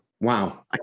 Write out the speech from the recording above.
Wow